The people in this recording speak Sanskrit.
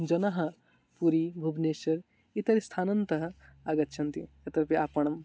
जनः पुरी भुब्नेश्वर् इतरे स्थानान्तरतः आगच्छन्ति तत्रापि आपणः